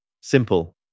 Simple